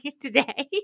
today